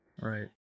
right